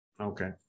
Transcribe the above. okay